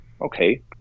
Okay